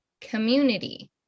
community